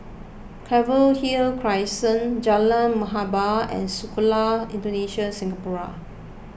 Anchorvale Crescent Jalan Muhibbah and Sekolah Indonesia Singapura